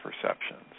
perceptions